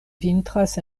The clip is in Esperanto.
vintras